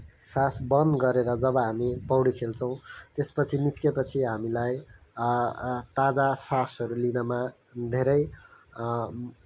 सास बन्द गरेर जब हामी पौडी खेल्छौँ त्यसपछि निस्किएपछि हामीलाई ताजा सासहरू लिनमा धेरै